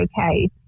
okay